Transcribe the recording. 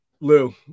Lou